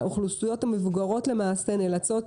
האוכלוסיות המבוגרות למעשה נאלצות